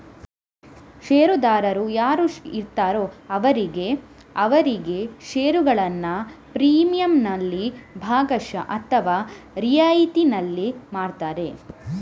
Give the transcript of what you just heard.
ಷೇರುದಾರರು ಯಾರು ಇರ್ತಾರೋ ಅವರಿಗೆ ಅವರಿಗೆ ಷೇರುಗಳನ್ನ ಪ್ರೀಮಿಯಂನಲ್ಲಿ ಭಾಗಶಃ ಅಥವಾ ರಿಯಾಯಿತಿನಲ್ಲಿ ಮಾರ್ತಾರೆ